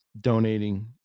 donating